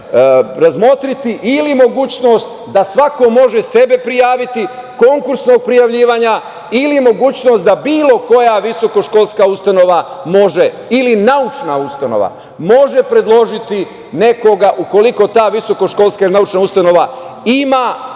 razmotriti ili mogućnost da svako može sebe prijaviti, konkursnog prijavljivanja ili mogućnost da bilo koja visokoškolska ustanova ili naučna ustanova može predložiti nekoga ukoliko ta visokoškolska naučna ustanova ima